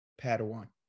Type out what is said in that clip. padawan